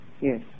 Yes